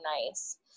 nice